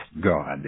God